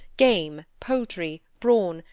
game, poultry, brawn,